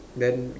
then